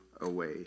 away